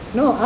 no